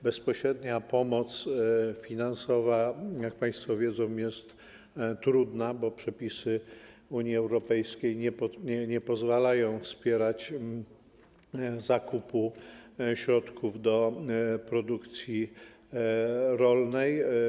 Bezpośrednia pomoc finansowa, jak państwo wiedzą, jest trudna, bo przepisy Unii Europejskiej nie pozwalają wspierać zakupu środków do produkcji rolnej.